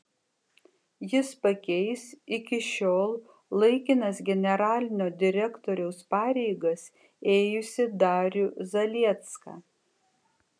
jis pakeis iki šiol laikinas generalinio direktoriaus pareigas ėjusį darių zaliecką